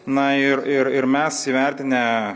na ir ir ir mes įvertinę